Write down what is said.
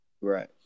Right